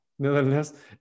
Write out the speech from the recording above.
nevertheless